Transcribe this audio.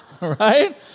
Right